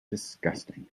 disgusting